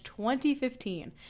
2015